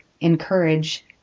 encourage